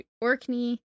Orkney